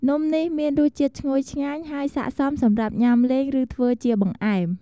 នំនេះមានរសជាតិឈ្ងុយឆ្ងាញ់ ហើយស័ក្តិសមសម្រាប់ញ៉ាំលេង ឬធ្វើជាបង្អែម។